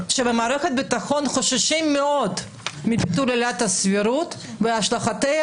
שבמערכת הביטחון חוששים מאוד מביטול עילת הסבירות והשלכותיה